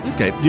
Okay